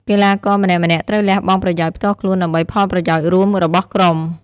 កីឡាករម្នាក់ៗត្រូវលះបង់ប្រយោជន៍ផ្ទាល់ខ្លួនដើម្បីផលប្រយោជន៍រួមរបស់ក្រុម។